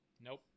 Nope